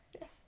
yes